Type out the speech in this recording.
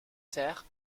terre